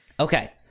Okay